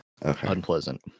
Unpleasant